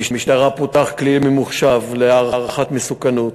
במשטרה פותח כלי ממוחשב להערכת מסוכנות,